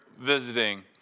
visiting